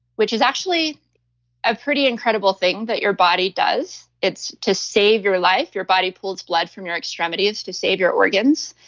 which is actually a pretty incredible thing that your body does. it's to save your life. your body pulls blood from your extremities to save your organs.